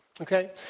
Okay